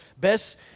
best